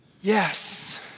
yes